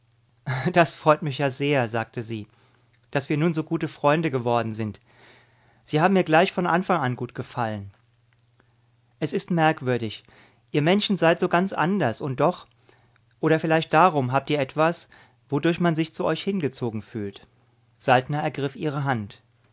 das freut mich ja sehr sagte sie daß wir nun so gute freunde geworden sind sie haben mir gleich von anfang an gut gefallen es ist merkwürdig ihr menschen seid so ganz anders und doch oder vielleicht darum habt ihr etwas wodurch man sich zu euch hingezogen fühlt saltner ergriff ihre hand